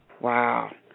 Wow